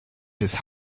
des